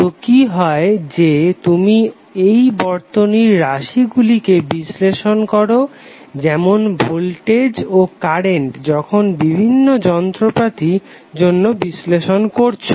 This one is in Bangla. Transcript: তো কি হয় যে তুমি এই বর্তনীর রাশিগুলিকে বিশ্লেষণ করো যেমন ভোল্টেজ ও কারেন্ট যখন বিভিন্ন যন্ত্রপাতি জন্য বিশ্লেষণ করছো